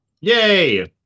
yay